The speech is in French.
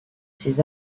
ses